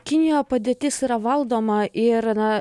kinijoje padėtis yra valdoma ir na